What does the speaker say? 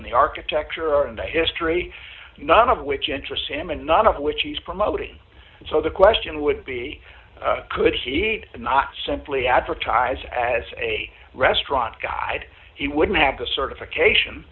and the architecture and the history none of which interests him and none of which he's promoting so the question would be could he'd not simply advertise it as a restaurant guide he wouldn't have the certification